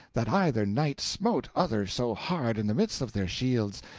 that either knight smote other so hard in the midst of their shields,